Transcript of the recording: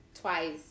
twice